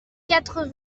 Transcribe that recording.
quatre